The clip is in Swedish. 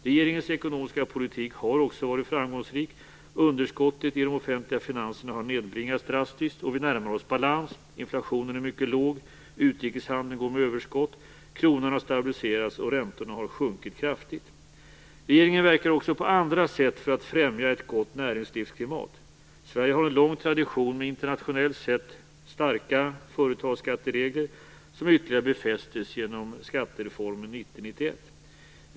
Regeringens ekonomiska politik har också varit framgångsrik; underskottet i de offentliga finanserna har nedbringats drastiskt och vi närmar oss balans, inflationen är mycket låg, utrikeshandeln går med överskott, kronan har stabiliserats och räntorna har sjunkit kraftigt. Regeringen verkar också på andra sätt för att främja ett gott näringslivsklimat. Sverige har en lång tradition med internationellt sett starka företagsskatteregler, som ytterligare befästes genom skattereformen 1990-1991.